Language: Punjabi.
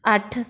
ਅੱਠ